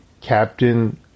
Captain